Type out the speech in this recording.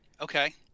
okay